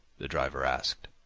the driver asked.